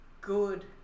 good